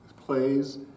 plays